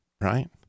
right